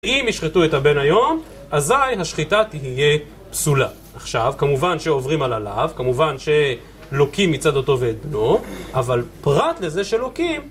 אם ישחטו את הבן היום, אזי השחיטה תהיה פסולה. עכשיו, כמובן שעוברים על הלאו, כמובן שלוקים מצד אותו ואת בנו, אבל פרט לזה שלוקים...